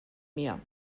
mir